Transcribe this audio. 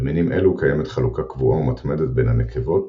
במינים אלו קיימת חלוקה קבועה ומתמדת בין הנקבות,